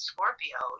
Scorpio